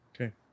Okay